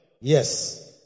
yes